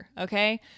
okay